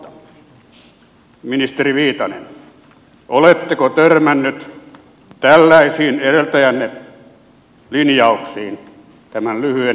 ministeri viitanen oletteko törmännyt tällaisiin edeltäjänne linjauksiin tämän lyhyen virkakautenne aikana